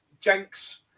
Jenks